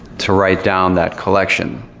to write down that collection.